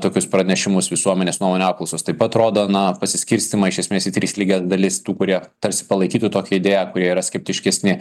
tokius pranešimus visuomenės nuomonių apklausos taip pat rodo na pasiskirstymą iš esmės į tris lygias dalis tų kurie tarsi palaikytų tokią idėją kurie yra skeptiškesni